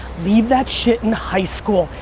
leave that shit in high school.